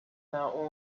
now